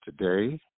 today